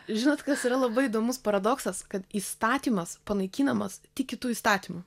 žinot kas yra labai įdomus paradoksas kad įstatymas panaikinamas tik kitu įstatymu